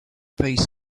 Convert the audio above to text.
piece